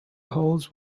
holes